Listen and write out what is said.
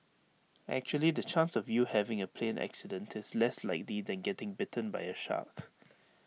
actually the chance of you having A plane accident is less likely than getting bitten by A shark